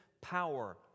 power